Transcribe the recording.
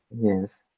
Yes